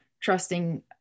trusting